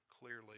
clearly